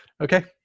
Okay